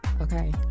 Okay